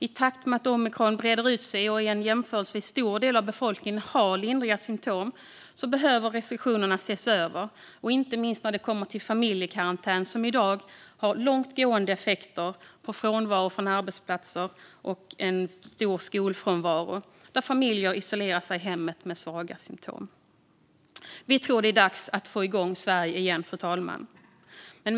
I takt med att omikron breder ut sig och att en jämförelsevis stor del av befolkningen har lindriga symtom behöver restriktionerna ses över, inte minst när det kommer till familjekarantän. Det har i dag långtgående effekter på frånvaro från arbetsplatser, och det innebär en stor skolfrånvaro när familjer isolerar sig i hemmet med svaga symtom. Vi tror att det är dags att få igång Sverige igen, fru talman.